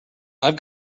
i’ve